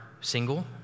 single